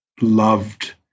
loved